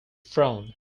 frowned